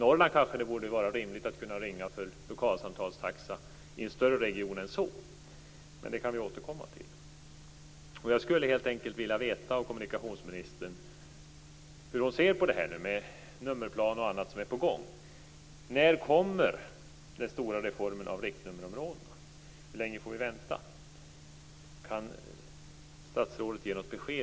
I Norrland borde det kanske vara rimligt att kunna ringa för lokalsamtalstaxa i en större region än så. Men det kan vi återkomma till. Jag skulle helt enkelt vilja veta hur kommunikationsministern ser på detta med nummerplaner och annat som är på gång. När kommer den stora reformen av riktnummerområdena? Hur länge får vi vänta?